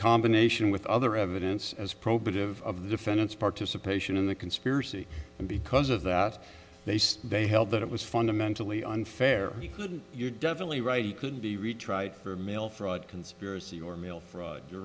combination with other evidence as probative of the defendant's participation in the conspiracy and because of that they say they held that it was fundamentally unfair he couldn't you're definitely right he could be retried for mail fraud conspiracy or mail fraud you're